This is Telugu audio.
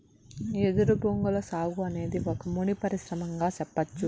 ఎదురు బొంగుల సాగు అనేది ఒక ముడి పరిశ్రమగా సెప్పచ్చు